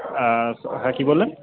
হ্যাঁ হ্যাঁ কী বললেন